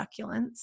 succulents